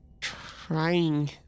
trying